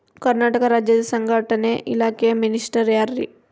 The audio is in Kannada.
ಕರ್ನಾಟಕ ರಾಜ್ಯದ ಸಂಘಟನೆ ಇಲಾಖೆಯ ಮಿನಿಸ್ಟರ್ ಯಾರ್ರಿ?